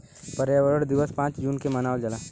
पर्यावरण दिवस पाँच जून के मनावल जाला